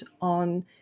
on